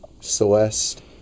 Celeste